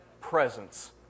presence